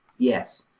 yes.